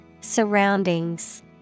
Surroundings